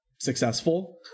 successful